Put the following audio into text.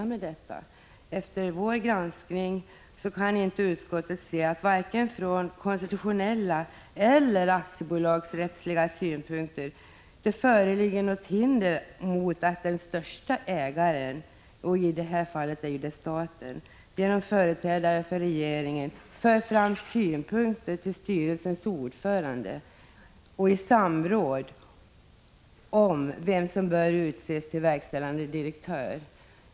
Vi i utskottet kan efter 85 granskningen inte se att det vare sig från konstitutionella eller från aktiebolagsrättsliga synpunkter föreligger något hinder för att största ägaren — i det här fallet staten — genom företrädare för regeringen för fram synpunkter till styrelsens ordförande och har samråd om vem som bör utses till verkställande direktör.